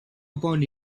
upon